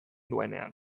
duenean